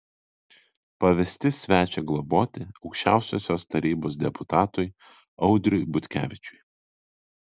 pavesti svečią globoti aukščiausiosios tarybos deputatui audriui butkevičiui